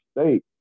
state